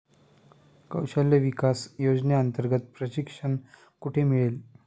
कौशल्य विकास योजनेअंतर्गत प्रशिक्षण कुठे मिळेल?